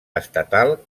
estatal